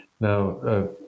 Now